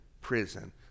prison